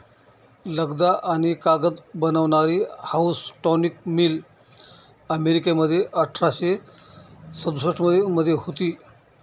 लगदा आणि कागद बनवणारी हाऊसटॉनिक मिल अमेरिकेमध्ये अठराशे सदुसष्ट मध्ये होती